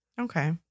Okay